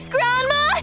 Grandma